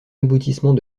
aboutissement